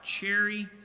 cherry